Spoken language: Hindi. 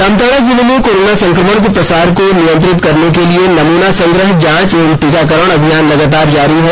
जामताड़ा जिले में कोरोना संक्रमण के प्रसार को नियंत्रित करने के लिए नमूना संग्रह जांच एवं टीकाकरण अभियान लगातार जारी है